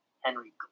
Henry